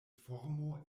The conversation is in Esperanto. formo